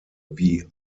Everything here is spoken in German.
wie